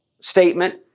statement